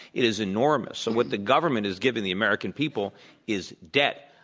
it is enormous. and what the government is giving the american people is debt.